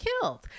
killed